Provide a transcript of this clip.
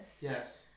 Yes